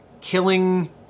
killing